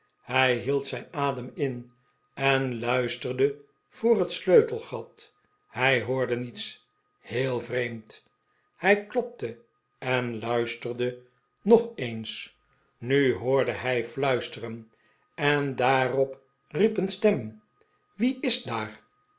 hij hield zijn adem in en luisterde voor het sleutelgat hij hoorde niets heel vreemd hij klopte en luisterde nog eens nu hoorde en drie of vier schelle vrouwenstemmen herhaalden de vraag wie is daar